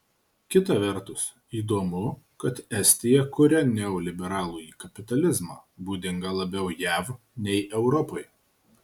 kita vertus įdomu kad estija kuria neoliberalųjį kapitalizmą būdingą labiau jav nei europai